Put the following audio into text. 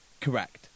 Correct